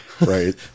Right